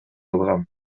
алгам